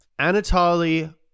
Anatoly